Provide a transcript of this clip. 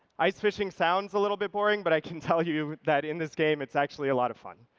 ice fishing sounds a little bit boring, but i can tell you that in this game, it's actually a lot of fun.